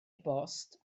bost